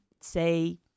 say